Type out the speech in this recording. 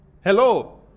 Hello